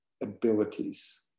abilities